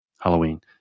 halloween